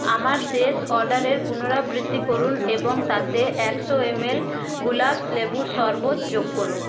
আমার শেষ অর্ডারের পুনরাবৃত্তি করুন এবং তাতে একশো এমএল গুলাবস্ লেবুর শরবৎ যোগ করুন